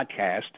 podcast